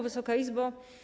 Wysoka Izbo!